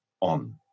on